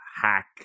hack